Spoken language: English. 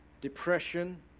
depression